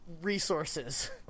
resources